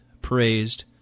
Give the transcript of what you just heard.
praised